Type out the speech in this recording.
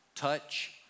touch